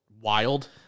wild